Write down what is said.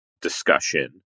discussion